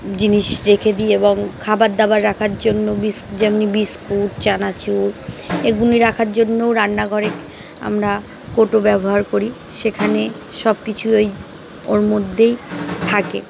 জিনিস রেখে দি এবং খাবার দাবার রাখার জন্য বি যেমনি বিস্কুট চানাচুর এগুলো রাখার জন্যও রান্নাঘরে আমরা কোটো ব্যবহার করি সেখানে সব কিছু ওই ওর মধ্যেই থাকে